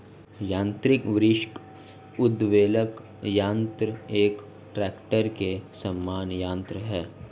यान्त्रिक वृक्ष उद्वेलक यन्त्र एक ट्रेक्टर के समान यन्त्र है